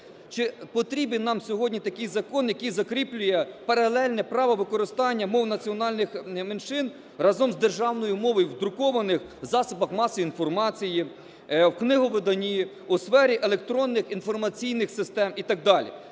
Чи потрібен нам сьогодні такий закон, який закріплює паралельне право використання мов національних меншин разом з державною мовою в друкованих засобах масової інформації, в книговиданні, у сфері електронних, інформаційних систем і так далі.